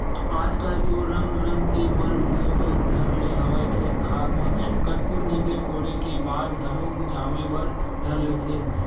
आजकल तो रंग रंग के बन होय बर धर ले हवय खेत खार म कतको नींदे कोड़े के बाद घलोक जामे बर धर लेथे